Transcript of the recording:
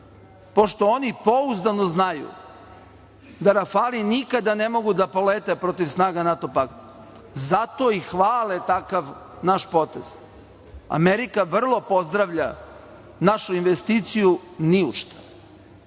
oni pouzdano znaju da „Rafali“ nikada ne mogu da polete protiv snaga NATO pakta. Zato i hvale takav naš potez. Amerika vrlo pozdravlja našu investiciju ni u šta.